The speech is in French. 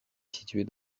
située